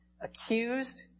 accused